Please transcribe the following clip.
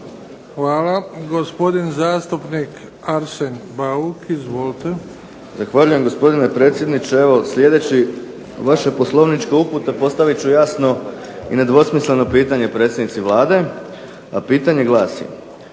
Hvala. Gospodin zastupnik Arsen Bauk. Izvolite. **Bauk, Arsen (SDP)** Zahvaljujem gospodine predsjedniče. Evo, slijedeći vaše poslovničke upute postavit ću jasno i nedvosmisleno pitanje predsjednici Vlade. Pitanje glasi